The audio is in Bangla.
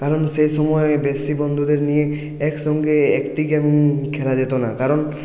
কারণ সে সময় বেশি বন্ধুদের নিয়ে একসঙ্গে একটি গেম খেলা যেত না কারণ